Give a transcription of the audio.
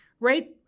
Right